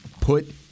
put